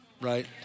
right